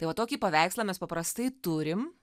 tai va tokį paveikslą mes paprastai turim